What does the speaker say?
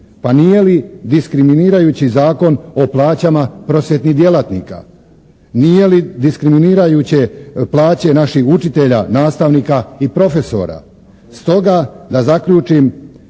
Pa nije li diskriminirajući Zakon o plaćama prosvjetnih djelatnika? Nije li diskriminirajuće plaće naših učitelja, nastavnika i profesora?